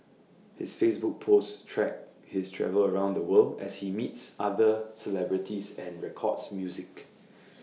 his Facebook posts track his travels around the world as he meets other celebrities and records music